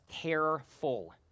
careful